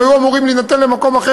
הן היו אמורים להינתן למקום אחר,